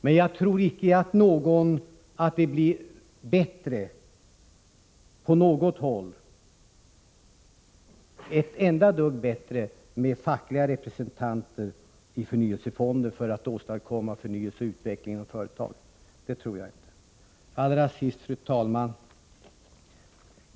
Men jag tror inte att det blir ett dugg bättre med facklig vetorätt när det gäller att åstadkomma förnyelse och utveckling inom företagen. Allra sist, fru talman!